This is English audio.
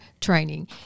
training